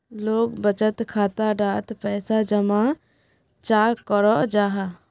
लोग बचत खाता डात पैसा जमा चाँ करो जाहा?